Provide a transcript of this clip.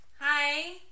Hi